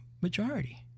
majority